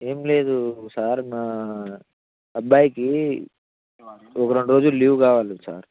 ఏమి లేదు సార్ మా అబ్బాయికి ఒక రెండు రోజులు లీవు కావాలి సార్